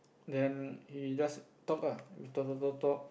then he just talk ah we talk talk talk talk